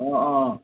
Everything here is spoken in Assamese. অঁ অঁ অঁ